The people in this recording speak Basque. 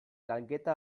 lanketa